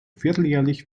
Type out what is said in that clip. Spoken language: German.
vierteljährlich